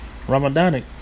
Ramadanic